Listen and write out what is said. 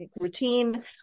routine